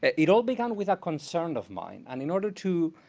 it it all began with a concern of mine. and in order to,